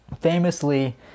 famously